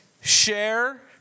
Share